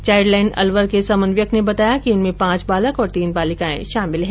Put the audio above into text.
Childline Alwar के समन्वयक ने बताया कि इनमें पांच बालक और तीन बालिकाए शामिल है